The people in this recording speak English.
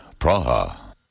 Praha